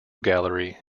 gallery